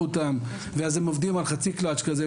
אותם ואז הם עובדים על חצי קלצ' כזה,